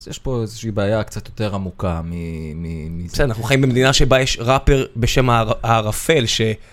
אז יש פה איזושהי בעיה קצת יותר עמוקה מזה. בסדר, אנחנו חיים במדינה שבה יש ראפר בשם הערפל ש...